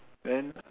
then